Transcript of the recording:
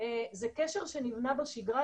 זה קשר שנבנה בשגרה,